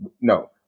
No